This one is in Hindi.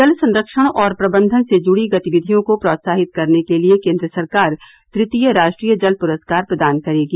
जल संरक्षण और प्रबंधन से जुड़ी गतिविधियों को प्रोत्साहित करने के लिए केंद्र सरकार तृतीय राष्ट्रीय जल पुरस्कार प्रदान करेगी